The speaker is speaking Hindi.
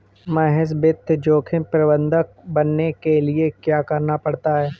महेश वित्त जोखिम प्रबंधक बनने के लिए क्या करना पड़ता है?